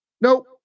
Nope